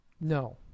No